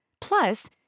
Plus